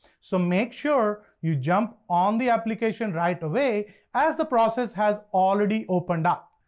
so make sure you jump on the applications right away as the process has already opened up.